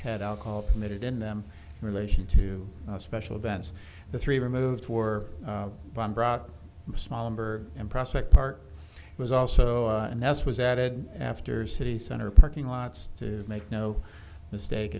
had alcohol permitted in them in relation to special events the three removed were a small number and prospect park was also and that's was added after city center parking lots to make no mistake